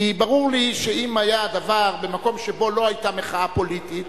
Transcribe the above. כי ברור לי שאם היה הדבר במקום שבו לא היתה מחאה פוליטית,